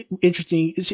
interesting